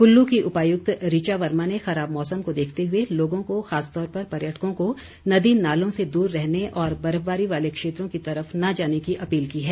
कुल्लू की उपायुक्त ऋचा वर्मा ने खराब मौसम को देखते हुए लोगों को खासतौर पर पर्यटकों को नदी नालों से दूर रहने और बर्फबारी वाले क्षेत्रों की तरफ न जाने की अपील की है